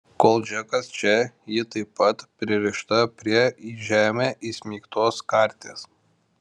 kol džekas čia ji taip pat pririšta prie į žemę įsmeigtos karties